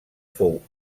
fou